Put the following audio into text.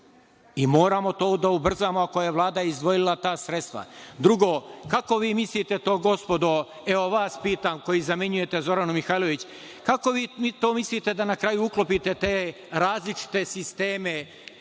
Moramo to da ubrzamo, ako je Vlada izdvojila ta sredstva. Drugo, evo vas pitam koji zamenjujete Zoranu Mihajlović, kako vi to mislite da na kraju uklopite te različite sisteme